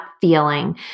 feeling